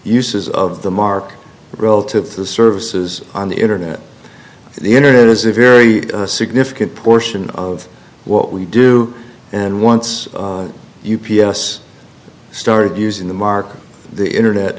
uses of the mark relative to the services on the internet the internet is a very significant portion of what we do and once you p s started using the market the internet